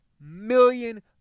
million